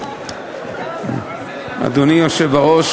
אדוני היושב-ראש,